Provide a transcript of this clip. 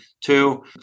Two